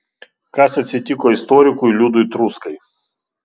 kas atsitiko istorikui liudui truskai